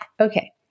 Okay